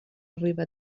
arriba